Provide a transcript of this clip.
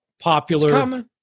popular